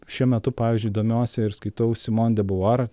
šiuo metu pavyzdžiui domiuosi ir skaitau simon debiuar